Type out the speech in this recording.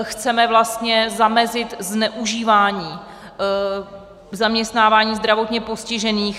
Chceme vlastně zamezit zneužívání zaměstnávání zdravotně postižených.